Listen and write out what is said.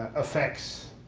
effects.